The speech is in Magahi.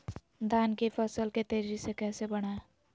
धान की फसल के तेजी से कैसे बढ़ाएं?